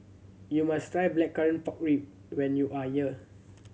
you must try Blackcurrant Pork Ribs when you are here